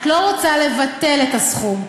את לא רוצה לבטל את הסכום,